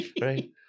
Right